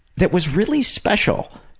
that was really special